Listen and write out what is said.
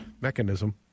mechanism